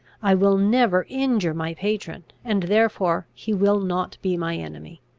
i will never injure my patron and therefore he will not be my enemy.